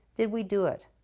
did we do it?